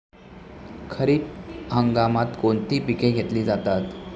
खरीप हंगामात कोणती पिके घेतली जातात?